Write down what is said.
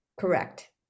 Correct